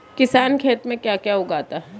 किसान खेत में क्या क्या उगाता है?